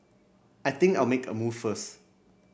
I think I'll make a move first